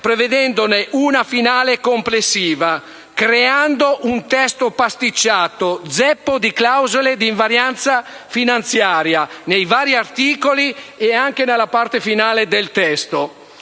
prevedendone una finale e complessiva, creando un testo pasticciato, zeppo di clausole di invarianza finanziaria tanto nei vari articoli quanto nella parte finale del testo.